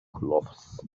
cloths